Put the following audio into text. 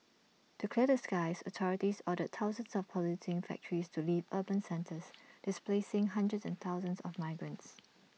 to clear the skies authorities ordered thousands of polluting factories to leave urban centres displacing hundreds of thousands of migrants